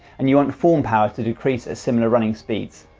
and you want form power to decrease at similar running speeds.